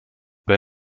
bei